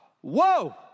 Whoa